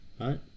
right